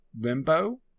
Limbo